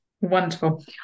Wonderful